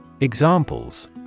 Examples